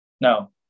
No